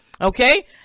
okay